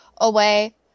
away